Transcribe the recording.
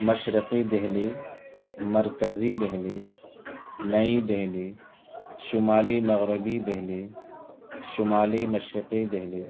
مشرقی دہلی مرکزی دہلی نئی دہلی شمالی مغربی دہلی شمالی مشرقی دہلی